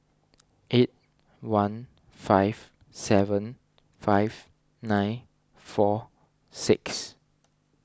eight one five seven five nine four six